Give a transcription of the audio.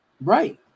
Right